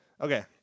Okay